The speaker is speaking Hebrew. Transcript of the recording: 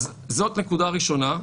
זאת נקודה ראשונה.